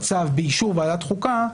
בצו באישור ועדת חוקה,